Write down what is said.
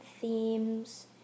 themes